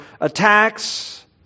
attacks